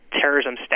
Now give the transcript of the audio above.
terrorism